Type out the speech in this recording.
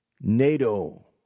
NATO